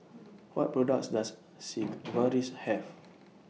What products Does Sigvaris Have